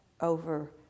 over